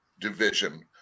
division